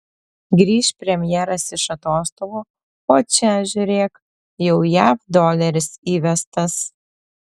grįš premjeras iš atostogų o čia žiūrėk jau jav doleris įvestas